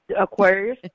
Aquarius